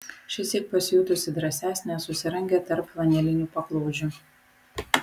šįsyk pasijutusi drąsesnė susirangė tarp flanelinių paklodžių